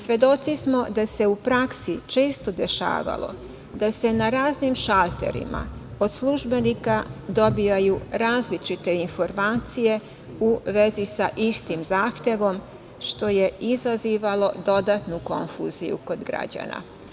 Svedoci smo da se u praksi često dešavalo da se na raznim šalterima od službenika dobijaju različite informacije u vezi sa istim zahtevom, što je izazivalo dodatnu konfuziju kod građana.